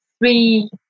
three